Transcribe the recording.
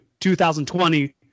2020